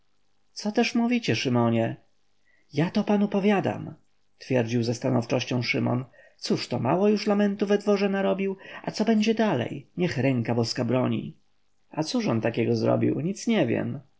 co też mówicie szymonie ja to panu powiadam twierdził ze stanowczością szymon cóż to mało już lamentu we dworze narobił a co będzie dalej niech ręka boska broni a cóż on takiego zrobił nic nie wiem